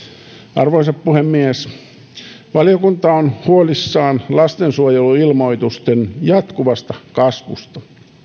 arvoisa puhemies valiokunta on huolissaan lastensuojeluilmoitusten jatkuvasta kasvusta